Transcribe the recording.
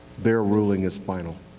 their ruling is final.